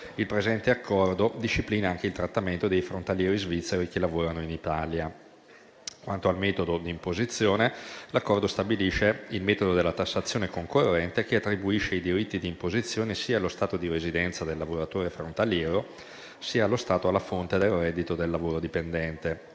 il presente accordo disciplina anche il trattamento dei frontalieri svizzeri che lavorano in Italia. Quanto al metodo di imposizione, l'accordo stabilisce il metodo della tassazione concorrente, che attribuisce i diritti di imposizione sia allo Stato di residenza del lavoratore frontaliero, sia allo Stato della fonte del reddito da lavoro dipendente.